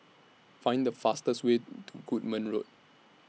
Find The fastest Way to Goodman Road